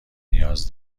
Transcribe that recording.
نیاز